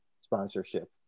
sponsorship